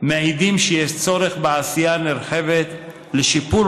מעידים שיש צורך בעשייה נרחבת לשיפור